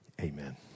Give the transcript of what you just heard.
Amen